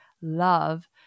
love